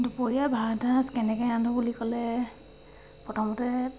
দুপৰীয়া ভাতসাজ কেনেকৈ ৰান্ধো বুলি ক'লে প্ৰথমতে